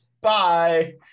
bye